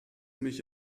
mich